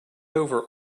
over